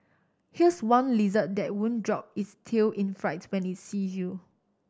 here's one lizard that won't drop its tail in fright when it see you